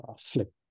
flip